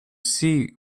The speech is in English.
see